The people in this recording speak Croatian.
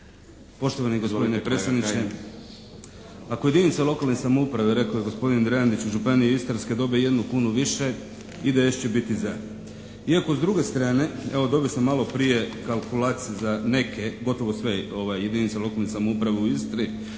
**Kajin, Damir (IDS)** «Ako jedinice lokalne samouprave» rekao je gospodin Drandić «iz županije Istarske dobe jednu kunu više IDS će biti za.» Iako s druge strane evo dobio sam malo prije kalkulacije za neke, gotovo sve jedinice lokalne samouprave u Istri,